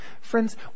Friends